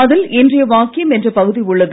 அதில் இன்றைய வாக்கியம் என்ற பகுதி உள்ளது